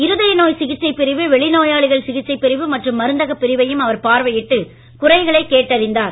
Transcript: இருதய நோய் சிகிச்சை பிரிவு வெளிநோயாளிகள் சிகிச்சைப் பிரிவு மற்றும் மருந்தகப் பிரிவையும் அவர் பார்வையிட்டு குறைகளைக் கேட்டறிந்தார்